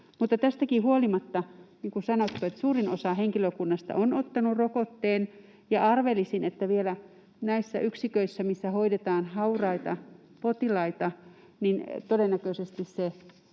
tästäkin huolimatta, niin kuin sanottu, suurin osa henkilökunnasta on ottanut rokotteen, ja arvelisin, että vielä näissä yksiköissä, missä hoidetaan hauraita potilaita,